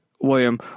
William